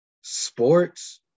sports